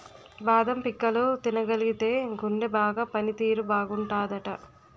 బాదం పిక్కలు తినగలిగితేయ్ గుండె బాగా పని తీరు బాగుంటాదట